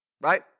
right